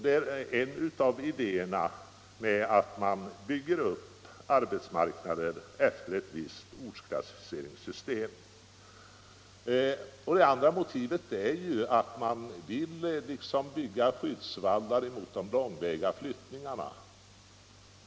Det är en av idéerna bakom ortsklassificeringssystemet. Ett annat motiv är att vi vill bygga skyddsvallar mot de långväga flyttningarna.